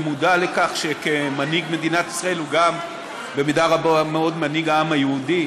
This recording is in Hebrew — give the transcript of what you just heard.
ומודע לכך שכמנהיג מדינת ישראל הוא גם במידה רבה מאוד מנהיג העם היהודי.